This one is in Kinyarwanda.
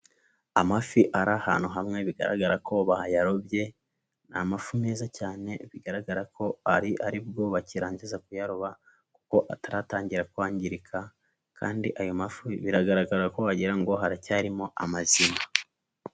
Amafi ari ahantu hamwe bigaragara ko bayarobye, ni amafu meza cyane bigaragara ko ari aribwo bakirangiza kuyaroba kuko ataratangira kwangirika kandi ayo mafi biragaragara ko wagira ngo haracyarimo amazima.